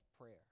prayer